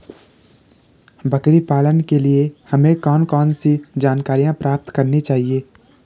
बकरी पालन के लिए हमें कौन कौन सी जानकारियां प्राप्त करनी चाहिए?